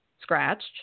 scratched